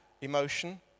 emotion